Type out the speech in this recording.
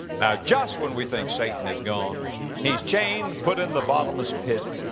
now just when we think satan is gone he's chained, put in the bottomless pit,